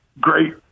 great